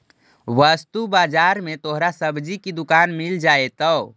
वस्तु बाजार में तोहरा सब्जी की दुकान मिल जाएतो